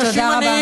תודה רבה.